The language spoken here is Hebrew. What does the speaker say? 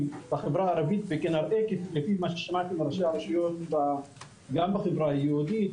בחברה הערבית זה כנראה לפי מה ששמעתי מראשי הרשויות גם בחברה היהודית,